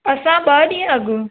असां ॿ ॾींअं अॻु